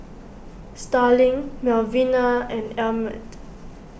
Starling Melvina and Emmett